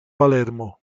palermo